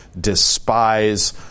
despise